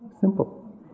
Simple